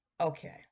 Okay